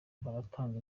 baratanga